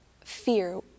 Fear